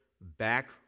back